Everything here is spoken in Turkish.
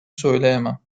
söyleyemem